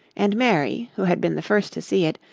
and mary, who had been the first to see it,